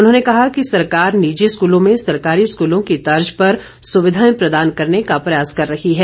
उन्होंने कहा कि सरकार निजी स्कूलों में सरकारी स्कूलों की तर्ज पर सुविधाएं प्रदान करने का प्रयास कर रही है